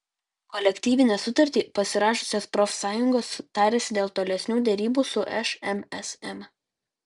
kolektyvinę sutartį pasirašiusios profsąjungos tarėsi dėl tolesnių derybų su šmsm